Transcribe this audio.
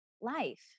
life